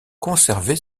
conserver